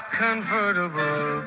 convertible